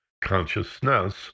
consciousness